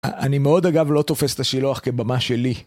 אני מאוד אגב לא תופס את השילוח כבמה שלי.